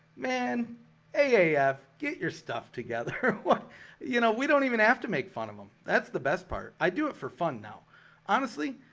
man ah aaf get your stuff together what you know, we don't even have to make fun of them that's the best part. i do it for fun now honestly,